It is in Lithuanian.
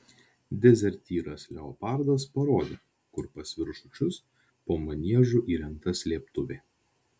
dezertyras leopardas parodė kur pas viršučius po maniežu įrengta slėptuvė